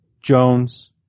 Jones